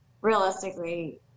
realistically